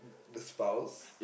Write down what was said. the spouse